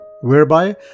whereby